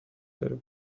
داره